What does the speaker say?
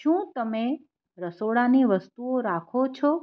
શું તમે રસોડાની વસ્તુઓ રાખો છો